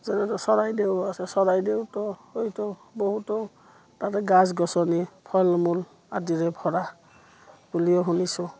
যেনে চৰাইদেউ আছে চৰাইদেউত হয়তো বহুতো তাতে গছ গছনি ফলমূল আদিৰে ভৰা বুলিও শুনিছোঁ